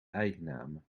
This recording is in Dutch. eigennamen